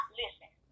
listen